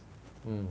mm